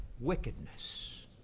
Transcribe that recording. wickedness